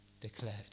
declared